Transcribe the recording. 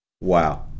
Wow